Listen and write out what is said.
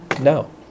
no